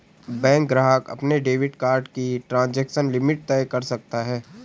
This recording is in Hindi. बैंक ग्राहक अपने डेबिट कार्ड की ट्रांज़ैक्शन लिमिट तय कर सकता है